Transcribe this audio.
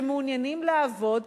שמעוניינים לעבוד,